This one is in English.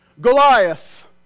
Goliath